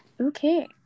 okay